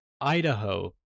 Idaho